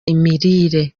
imirire